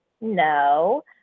No